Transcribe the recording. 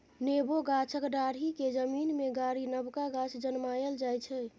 नेबो गाछक डांढ़ि केँ जमीन मे गारि नबका गाछ जनमाएल जाइ छै